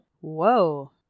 Whoa